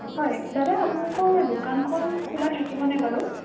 হয় দাদা আপোনালোকৰ দোকানখন খোলা থাকিবনে বাৰু